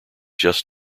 just